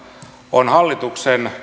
on hallituksen